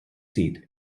seat